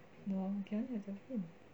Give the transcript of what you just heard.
no you can only have terrapin